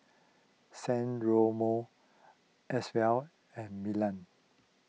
San Remo Acwell and Milan